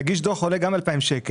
ולהגיש דו"ח עולה 2,000 ₪.